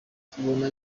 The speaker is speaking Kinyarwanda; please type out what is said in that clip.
tubona